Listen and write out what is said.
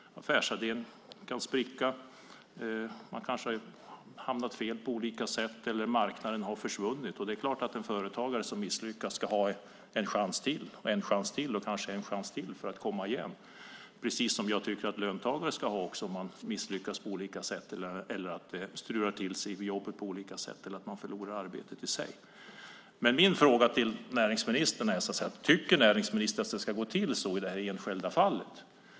Affärsidén kan spricka. Man kanske hamnar fel på olika sätt, eller marknaden har försvunnit. Det är klart att en företagare som har misslyckats ska ha en chans till, en ytterligare chans och kanske en chans till för att komma igen. Det är precis som jag tycker att löntagare ska ha om de misslyckas eller att det strular till sig på jobbet på olika sätt eller att de förlorar arbetet. Min fråga till näringsministern är: Tycker näringsministern att det ska gå till som det gjort i det enskilda fallet?